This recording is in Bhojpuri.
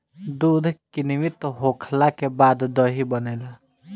दूध किण्वित होखला के बाद दही बनेला